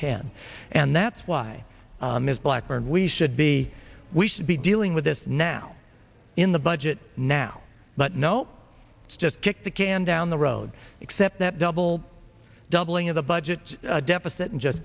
ten and that's why ms blackburn we should be we should be dealing with this now in the budget now but no it's just kick the can down the road except that double doubling of the budget deficit and just